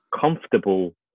comfortable